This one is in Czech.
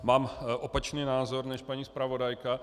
Mám opačný názor než paní zpravodajka.